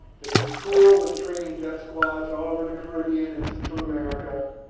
that the school was training death squads, all over the caribbean and central america,